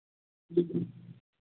जी